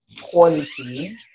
quality